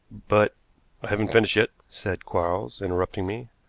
but i haven't finished yet, said quarles, interrupting me.